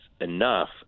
enough